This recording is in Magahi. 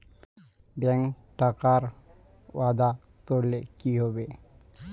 बैंक टाकार वादा तोरले कि हबे